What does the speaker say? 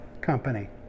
Company